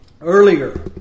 earlier